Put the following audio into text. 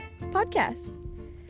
podcast